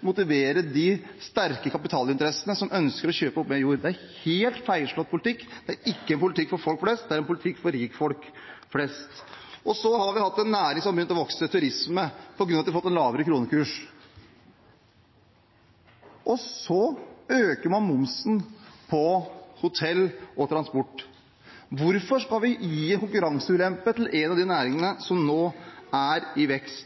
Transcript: motivere de sterke kapitalinteressene som ønsker å kjøpe opp mer jord? Det er helt feilslått politikk. Det er ikke en politikk for folk flest, det er en politikk for rikfolk flest. Vi har en næring – turisme – som har begynt å vokse på grunn av at vi har fått en lavere kronekurs. Da øker man momsen på hotell og transport. Hvorfor skal vi gi en konkurranseulempe til en av de næringene som nå er i vekst?